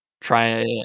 try